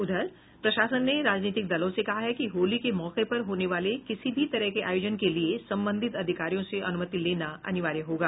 उधर प्रशासन ने राजनीतिक दलों से कहा है कि होली के मौके पर होने वाले किसी भी तरह के आयोजन के लिए संबंधित अधिकारियों से अनुमति लेना अनिवार्य होगा